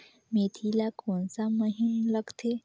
मेंथी ला कोन सा महीन लगथे?